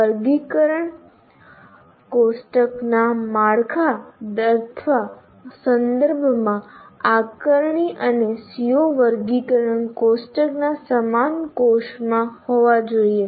વર્ગીકરણ કોષ્ટકના માળખા અથવા સંદર્ભમાં આકારણી અને CO વર્ગીકરણ કોષ્ટકના સમાન કોષમાં હોવા જોઈએ